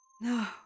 No